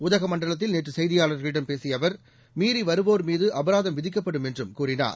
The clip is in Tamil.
உதகமண்டலத்தில் நேற்று செய்தியாளர்களிடம் பேசிய அவர் மீறி வருவோர் மீது அபராதம் விதிக்கப்படும் என்று கூறினார்